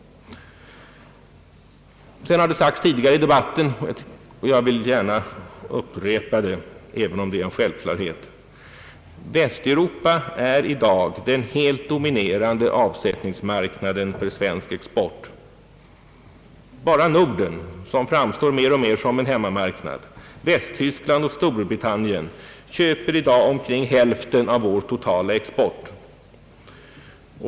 Det har sagts tidigare i debatten — och jag vill gärna upprepa det även om det är en självklarhet — att Västeuropa i dag är den helt dominerande avsättningsmarknaden för svensk export. Enbart Norden, som mer och mer framstår som en hemmamarknad, Västtyskland och Storbritannien köper i dag omkring hälften av vår totala export.